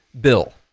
bill